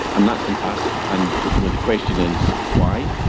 and that's fantastic. and you know the question is, why?